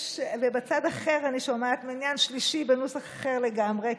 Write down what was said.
ובצד אחר אני שומעת מניין שלישי, בנוסח אחר לגמרי.